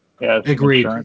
Agreed